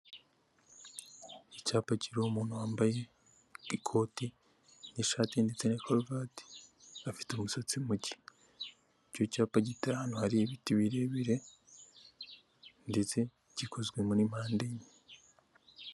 Icyapa kiriho umuntu wambaye ikoti n'ishati ndetse na karovati, afite umusatsi mucye, icyo cyapa giteye ahano hari ibiti birebire ndetse gikozwe muri mpande enye.